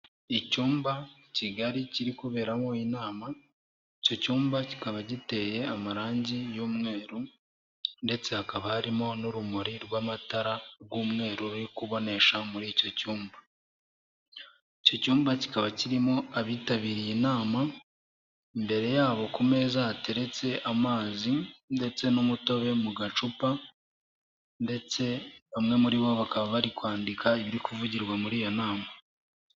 Icyumba kigari kiri kuberamo inama, icyo cyumba kikaba giteye amarangi y'umweru ndetse hakaba harimo n'urumuri rw'amatara rw'umweru ruri kubonesha muri icyo cyumba. Icyo cyumba kikaba kirimo abitabiriye inama, imbere yabo ku meza hateretse amazi ndetse n'umutobe mu gacupa, ndetse bamwe muri bo bakaba bari kwandika ibiri kuvugirwa muri iyo nama.